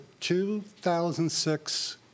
2006